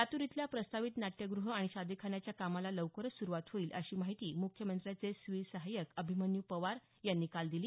लातूर इथल्या प्रस्तावित नाट्यगृह आणि शादीखान्याच्या कामाला लवकरच सुरुवात होईल अशी माहिती मुख्यमंत्र्यांचे स्वीय सहायक अभिमन्यू पवार यांनी काल दिली